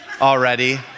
already